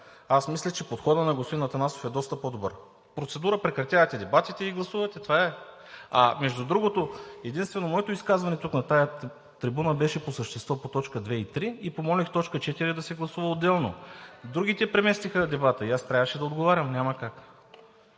Аз мисля, че подходът на господин Атанасов е доста по-добър. Процедура – прекратявате дебатите и гласувате. Това е. Между другото, единствено моето изказване тук, на тази трибуна, беше по същество – по точка 2 и 3, и помолих точка 4 да се гласува отделно. Другите преместиха дебата и аз трябваше да отговарям, няма как!